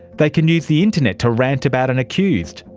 they can use the internet to rant about an accused,